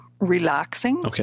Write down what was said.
relaxing